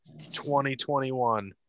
2021